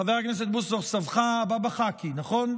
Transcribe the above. חבר הכנסת בוסו, סבך הבבא חאקי, נכון?